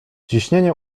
ciśnienie